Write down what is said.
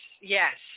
Yes